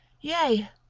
yea,